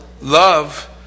love